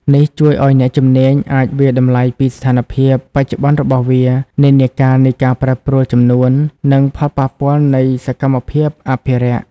នេះជួយឲ្យអ្នកជំនាញអាចវាយតម្លៃពីស្ថានភាពបច្ចុប្បន្នរបស់វា និន្នាការនៃការប្រែប្រួលចំនួន និងផលប៉ះពាល់នៃសកម្មភាពអភិរក្ស។